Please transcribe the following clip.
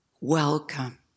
welcome